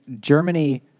Germany